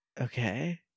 Okay